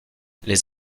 les